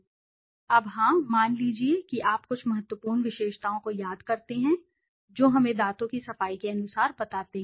अब हां मान लीजिए कि आप कुछ महत्वपूर्ण विशेषताओं को याद करते हैं जो हमें दांतों की सफाई के अनुसार बताते हैं